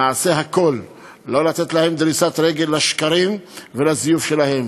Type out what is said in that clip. נעשה הכול לא לתת להם דריסת רגל לשקרים ולזיוף שלהם.